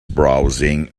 browsing